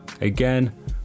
again